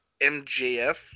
MJF